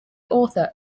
author